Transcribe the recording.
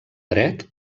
dret